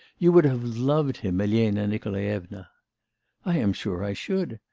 you would have loved him, elena nikolaevna i am sure i should.